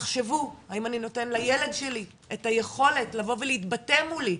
תחשבו האם אני נותן לילד שלי את היכולת לבוא ולהתבטא מולי?